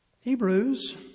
Hebrews